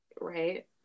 right